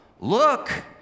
look